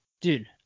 dude